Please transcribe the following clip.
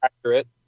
accurate